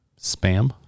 Spam